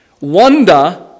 Wonder